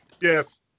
Yes